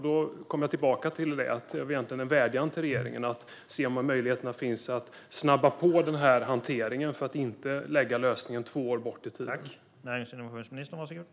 Då kommer jag tillbaka till det som egentligen är en vädjan till regeringen: Ser man att det finns möjlighet att snabba på denna hantering så att lösningen inte läggs två år framåt i tiden?